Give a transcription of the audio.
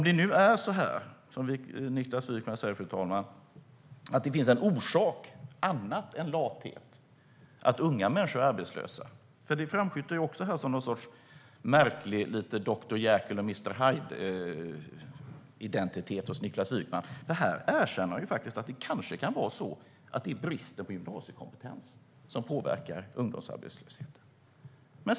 Niklas Wykman säger ju, fru talman, att det finns en annan orsak än lathet till att unga människor är arbetslösa - det framskymtar lite av en Dr Jekyll och Mr Hyde-identitet hos Niklas Wykman - för här erkänner han faktiskt att det kanske kan vara så att det är bristen på gymnasiekompetens som påverkar ungdomsarbetslösheten.